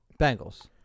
Bengals